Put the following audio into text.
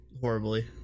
horribly